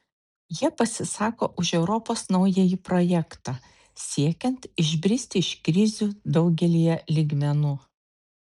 jie pasisako už europos naująjį projektą siekiant išbristi iš krizių daugelyje lygmenų